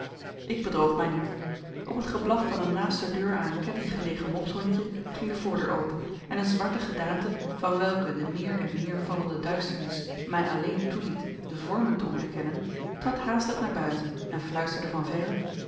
ik bedroog mij niet op het geblaf van een naast de deur aan een ketting gelegen mopshondje ging de voordeur open en een zwarte gedaante van welke de meer en meer vallende duisternis mij alleen toeliet de vormen te onderkennen trad haastig naar buiten en fluisterde van verre